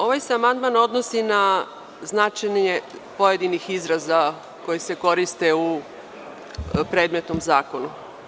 Ovaj se amandman odnosi na značenje pojedinih izraza koji se koriste u predmetnom zakonu.